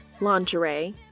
Lingerie